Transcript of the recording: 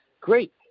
great